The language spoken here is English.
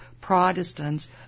Protestants